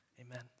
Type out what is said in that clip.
amen